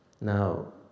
Now